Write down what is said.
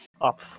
up